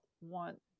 want